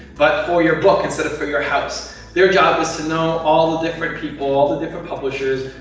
but for your book, instead of for your house. their job is to know all the different people, all the different publishers,